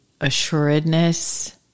assuredness